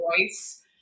voice